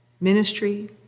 Ministry